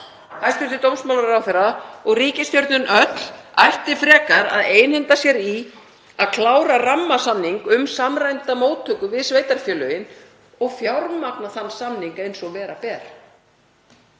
Hæstv. dómsmálaráðherra og ríkisstjórnin öll ætti frekar að einhenda sér í að klára rammasamning um samræmda móttöku við sveitarfélögin og fjármagna þann samning eins og vera ber.